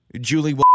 Julie